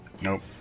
Nope